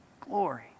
Glory